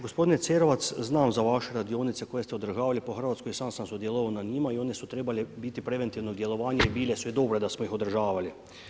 Gospodine Cerovac, znam za vaše radionice koje ste održavali po Hrvatskoj, sam sam sudjelovao na njima i one su trebale biti preventivno djelovanje i bile su i dobro je da smo ih održavali.